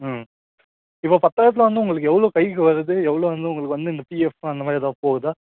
ம் இப்போது பத்தாயிரத்தில் வந்து உங்களுக்கு எவ்வளோ கைக்கு வருது எவ்வளோ வந்து உங்களுக்கு வந்து இந்த பிஎஃப்பு அந்த மாதிரி ஏதா போகுதா